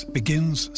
begins